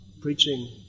preaching